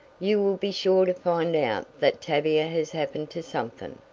you will be sure to find out that tavia has happened to something.